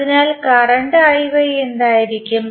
അതിനാൽ കറണ്ട് എന്തായിരിക്കും